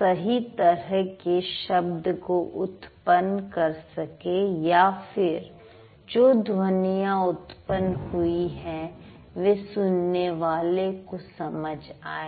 सही तरह के शब्द को उत्पन्न कर सके या फिर जो ध्वनियां उत्पन्न हुई है वे सुनने वाले को समझ आए